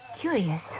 Curious